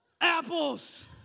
apples